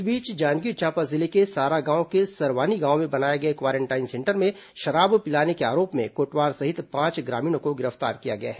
इस बीच जांजगीर चांपा जिले के सारागांव के सरवानी गांव में बनाए गए क्वारेंटाइन सेंटर में शराब पिलाने के आरोप में कोटवार सहित पांच ग्रामीणों को गिरफ्तार किया गया है